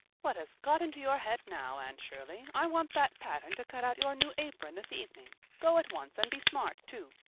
what has got into your head now, anne shirley? i want that pattern to cut out your new apron this evening. go at once and be smart too.